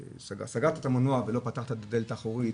סגרת את המנוע ולא פתחת את הדלת האחורית,